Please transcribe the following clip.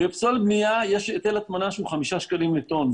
בפסולת בניין יש היטל הטמנה שהוא 5 שקלים לטון.